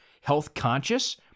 health-conscious